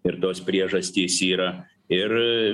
ir tos priežastys yra ir